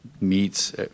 meets